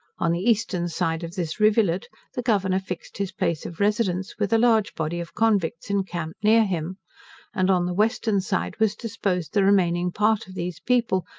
on the eastern side of this rivulet the governor fixed his place of residence, with a large body of convicts encamped near him and on the western side was disposed the remaining part of these people,